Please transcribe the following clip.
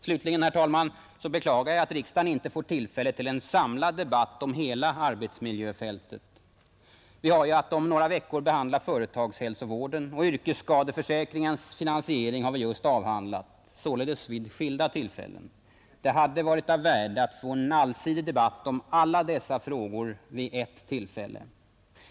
Slutligen, herr talman, beklagar jag att riksdagen inte får tillfälle till en samlad debatt om hela arbetsmiljöfältet. Vi har att om några veckor behandla företagshälsovården, och yrkesskadeförsäkringens finansiering har vi just avhandlat — således vid skilda tillfällen. Det hade varit av värde att få en allsidig debatt om alla dessa frågor vid ett tillfälle.